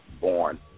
born